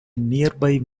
nearby